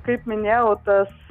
kaip minėjau tas